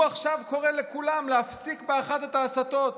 הוא עכשיו קורא לכולם להפסיק באחת את ההסתות.